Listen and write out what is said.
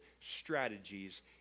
strategies